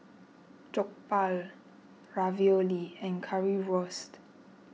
Jokbal Ravioli and Currywurst